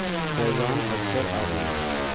فیضان Afsar عادل